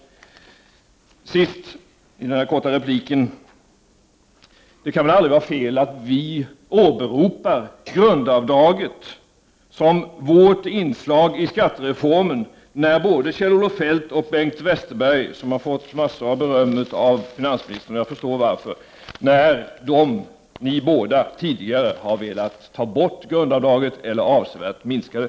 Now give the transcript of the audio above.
Till sist i denna korta replik: Det kan väl aldrig vara fel att vi framställer grundavdraget som vårt bidrag till skattereformen, när både Kjell-Olof Feldt och Bengt Westerberg, vilken fått massor av beröm av finansministern — jag förstår varför — tidigare velat ta bort grundavdraget eller avsevärt minska det.